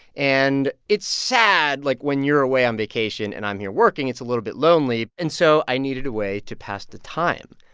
and it's sad, like, when you're away on vacation and i'm here working. it's a little bit lonely. and so i needed a way to pass the time,